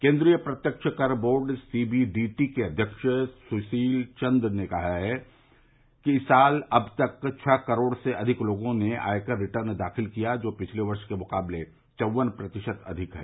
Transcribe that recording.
केन्द्रीय प्रत्यक्ष कर बोर्ड सीबीडीटी के अध्यक्ष सुशील चन्द्र ने कहा है कि इस साल अब तक छह करोड़ से अधिक लोगों ने आयकर रिटर्न दाखित किया है जो पिछले वर्ष के मुकाबले चौवन प्रतिशत अधिक है